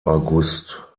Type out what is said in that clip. august